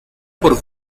por